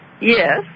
Yes